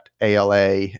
ALA